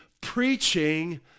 preaching